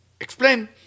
explain